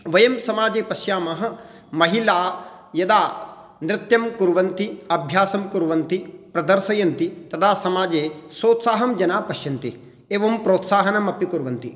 वयं समाजे पश्यामः महिलाः यदा नृत्यं कुर्वन्ति अभ्यासं कुर्वन्ति प्रदर्शयन्ति तदा समाजे सोत्साहं जनाः पश्यन्ति एवं प्रोत्साहनम् अपि कुर्वन्ति